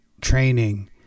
training